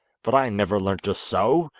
but i never learnt to sew,